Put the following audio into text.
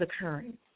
occurring